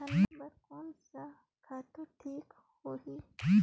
गन्ना बार कोन सा खातु ठीक होही?